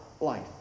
life